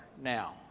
now